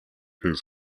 his